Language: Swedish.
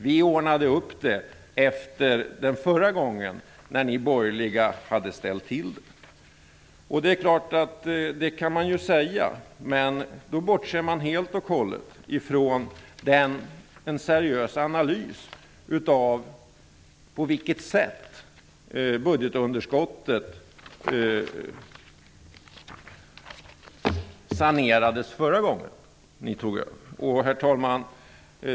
Vi ordnade upp det efter den förra gången när ni borgerliga hade ställt till det. Det är klart att man kan säga det. Men då bortser man helt och hållet från en seriös analys av på vilket sätt budgetunderskottet sanerades förra gången ni tog över.